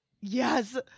yes